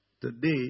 Today